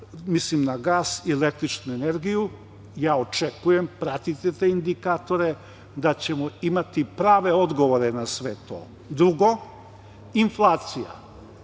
mislim na gas i električnu energiju. Ja očekujem, pratite te indikatore, da ćemo imati prave odgovore na sve to. Drugo, inflacija.